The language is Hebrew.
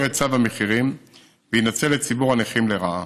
את צו המחירים וינצל את ציבור הנכים לרעה.